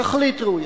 תכלית ראויה,